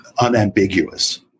unambiguous